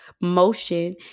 motion